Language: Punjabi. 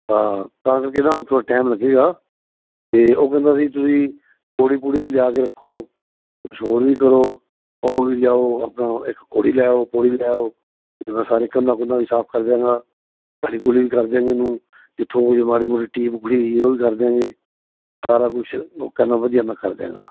ਹਾਂ ਤਾਂ ਕਰਕੇ ਨਾ ਉਥੋ ਟਾਈਮ ਲੱਗੇਗਾ ਤੇ ਉਹ ਕਹਿੰਦਾ ਸੀ ਤੁਸੀਂ ਪੋੜੀ ਪੂੜੀ ਵੀ ਲਿਆ ਕੇ ਰੱਖੋ ਕੁਛ ਹੋਰ ਵੀ ਕਰੋ ਉਹ ਵੀ ਲਿਆਓ ਆਪਣਾ ਇੱਕ ਘੋੜੀ ਲੈ ਆਓ ਪੌੜੀ ਲੈ ਆਓ ਸਾਰੇ ਕੰਧਾਂ ਕੁੰਧਾਂ ਵੀ ਸਾਫ ਕਰ ਦਿਆਂਗਾ ਕਲੀ ਕੁਲੀ ਵੀ ਕਰ ਦਿਆਂਗੀ ਉਹਨੂੰ ਜਿੱਥੋਂ ਕੋੀ ਮਾੜੀ ਮੋਟੀ ਟੀਮ ਉਖੜੀ ਹੋਈ ਉਹ ਵੀ ਕਰ ਦਿਆਂਗੇ ਸਾਰਾ ਕੁਛ ਉਹ ਕਹਿੰਦਾ ਵਧੀਆ ਕਰ ਦਿਆਂਗਾ